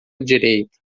direita